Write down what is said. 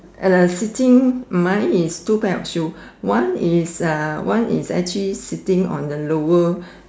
uh sitting mine is two pair of shoes one is uh one is actually sitting on the lower